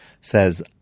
says